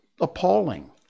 appalling